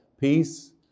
peace